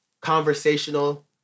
conversational